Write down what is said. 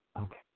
Okay